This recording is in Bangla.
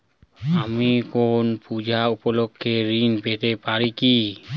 আমি কোনো পূজা উপলক্ষ্যে ঋন পেতে পারি কি?